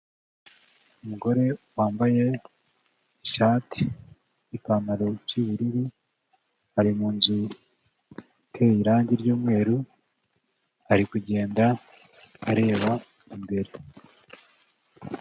Umugore wambaye ishati, ipantaro by'ubururu, ari mu nzu iteye irangi ry'umweru, ari kugenda areba imbere.